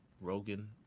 rogan